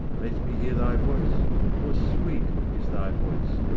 let me hear thy voice for sweet is thy voice,